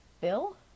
Bill